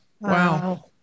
Wow